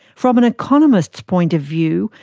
from an economist's point of view,